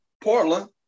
Portland